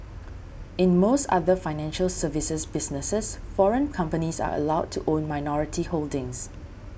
in most other financial services businesses foreign companies are allowed to own minority holdings